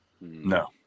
No